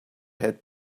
had